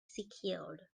secured